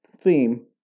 theme